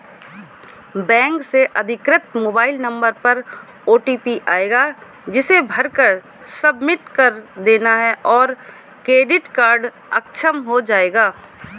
bank से अधिकृत mobile number पर ओटीपी आएगा जिसे भरकर सबमिट कर देना है और डेबिट कार्ड अक्षम हो जाएगा